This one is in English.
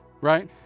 right